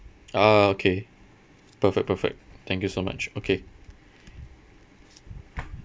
ah okay perfect perfect thank you so much okay